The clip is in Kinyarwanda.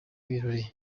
birori